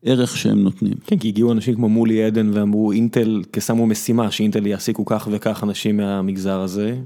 ערך שהם נותנים כן כי הגיעו אנשים כמו מולי עדן ואמרו אינטל כי שמו משימה שאינטל יעסיקו כך וכך אנשים מהמגזר הזה.